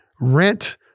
rent